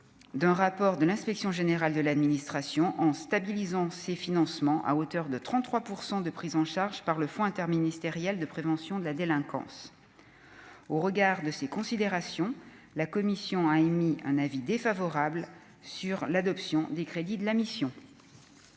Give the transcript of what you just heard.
d'un rapport de l'Inspection générale de l'administration en stabilisant ses financements à hauteur de 33 % de prise en charge par le Fonds interministériel de prévention de la délinquance au regard de ces considérations, la commission a émis un avis défavorable sur l'adoption des crédits de la mission.